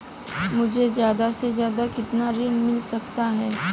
मुझे ज्यादा से ज्यादा कितना ऋण मिल सकता है?